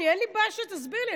אין לי בעיה שתסביר לי.